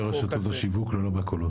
זה יפתור לרשתות השיווק, לא למכולות.